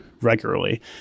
regularly